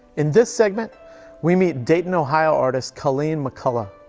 in this segment we meet dayton, ohio artist colleen mcculla.